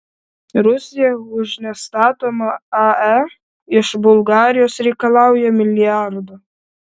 rusija už nestatomą ae iš bulgarijos reikalauja milijardo